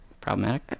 Problematic